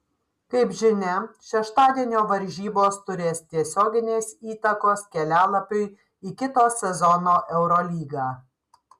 kaip žinia šeštadienio varžybos turės tiesioginės įtakos kelialapiui į kito sezono eurolygą